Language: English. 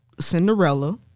Cinderella